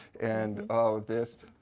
and, oh, this.